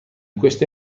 queste